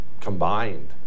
combined